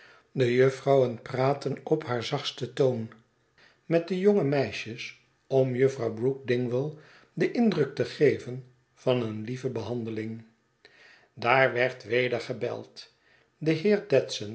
de juffrouwen praatten op haar zachtsten toon met de jonge meisjes om juffrouw brook dingwall den indruk te geven van een lieve behandeling daar werd weder gebeld de